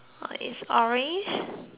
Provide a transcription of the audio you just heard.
orange